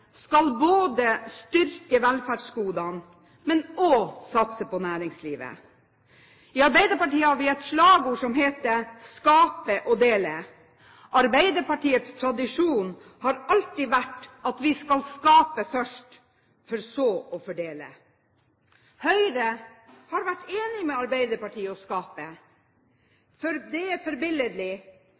skal styrke velferdsgodene, men også satse på næringslivet. I Arbeiderpartiet har vi et slagord om å skape og dele. Arbeiderpartiets tradisjon har alltid vært at vi skal skape først for så å fordele. Høyre har vært enig med Arbeiderpartiet i å skape. Det er forbilledlig,